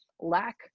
lack